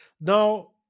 Now